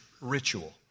ritual